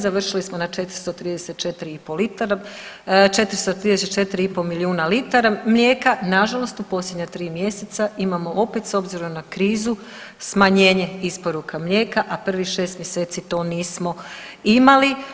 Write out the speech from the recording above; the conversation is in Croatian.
Završili smo na 434,5 litara, 434,5 milijuna litara mlijeka, nažalost u posljednja 3 mjeseca imamo opet s obzirom na krizu smanjenje isporuka mlijeka, a prvih 6 mjeseci to nismo imali.